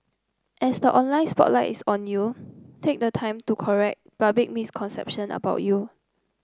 as the online spotlights on you take the time to correct public misconception about you